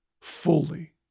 fully